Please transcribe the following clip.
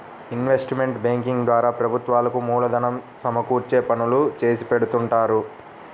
investment banking ద్వారా ప్రభుత్వాలకు మూలధనం సమకూర్చే పనులు చేసిపెడుతుంటారు